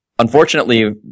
Unfortunately